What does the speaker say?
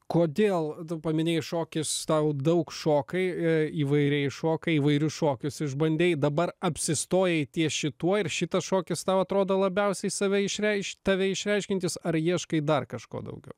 kodėl tu paminėjai šokis tau daug šokai e įvairiai šokai įvairius šokius išbandei dabar apsistojai ties šituo ir šitas šokis tau atrodo labiausiai save išreikšt tave išreiškiantis ar ieškai dar kažko daugiau